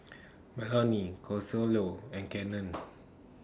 Melony Consuelo and Cannon